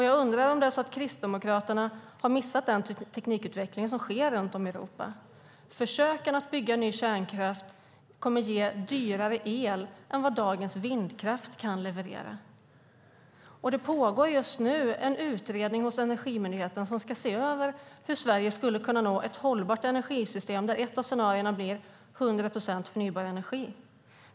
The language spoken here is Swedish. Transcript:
Jag undrar om Kristdemokraterna har missat den teknikutveckling som sker runt om i Europa. Försöken att bygga ny kärnkraft kommer att ge dyrare el än vad dagens vindkraft kan leverera. Det pågår just nu en utredning hos Energimyndigheten som ska se över hur Sverige skulle kunna nå ett hållbart energisystem där ett av scenarierna blir 100 procent förnybar energi.